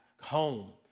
home